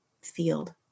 field